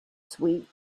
sweet